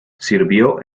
sirvió